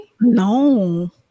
No